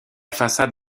façade